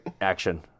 action